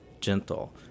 gentle